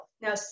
Now